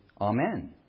Amen